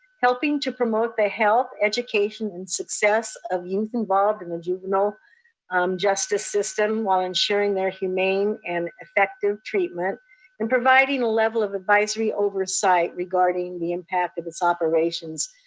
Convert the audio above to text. helping to promote the health, education, and success of youth involved in the juvenile justice system while ensuring their humane and effective treatment and providing level of advisory oversight regarding the impact of its operations.